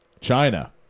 China